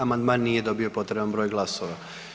Amandman nije dobio potreban broj glasova.